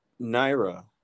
Naira